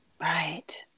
Right